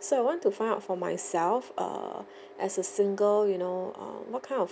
so I want to find out for myself err as a single you know err what kind of